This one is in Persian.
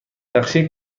نقشه